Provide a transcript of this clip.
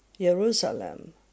Jerusalem